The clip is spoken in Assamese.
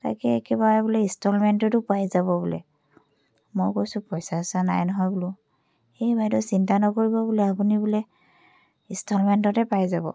তাকে একেবাৰে বোলে ইনষ্টলমেণ্টতো পাই যাব বোলে মই কৈছোঁ পইচা চইচা নাই নহয় বোলো এই বাইদেউ চিন্তা নকৰিব বোলে আপুনি বোলে ইনষ্টলমেণ্টতে পাই যাব